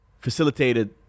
facilitated